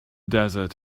desert